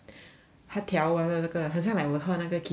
他调完了那个好像 like 我喝那个 kefir 也是